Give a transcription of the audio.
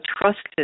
trusted